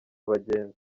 abagenzi